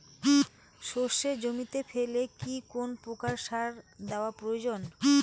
সর্ষে জমিতে ফেলে কি কোন প্রকার সার দেওয়া প্রয়োজন?